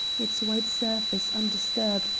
its white surface undisturbed,